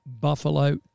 Buffalo